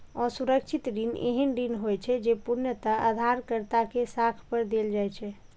असुरक्षित ऋण एहन ऋण होइ छै, जे पूर्णतः उधारकर्ता के साख पर देल जाइ छै